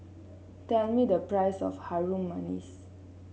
tell me the price of Harum Manis